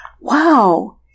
Wow